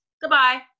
goodbye